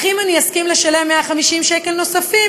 אך אם אני אסכים לשלם 150 שקלים נוספים,